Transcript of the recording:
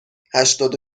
هشتاد